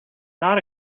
not